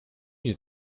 you